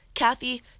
Kathy